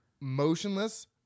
motionless